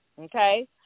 okay